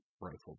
rifle